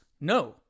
No